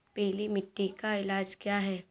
पीली मिट्टी का इलाज क्या है?